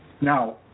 Now